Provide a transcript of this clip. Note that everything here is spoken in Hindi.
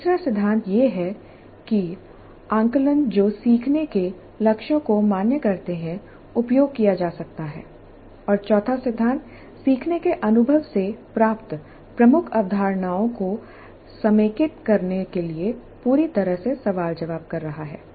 तीसरा सिद्धांत यह है कि आकलन जो सीखने के लक्ष्यों को मान्य करते हैं उपयोग किया जा सकता है और चौथा सिद्धांत सीखने के अनुभव से प्राप्त प्रमुख अवधारणाओं को समेकित करने के लिए पूरी तरह से सवाल जवाब कर रहा है